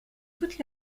toute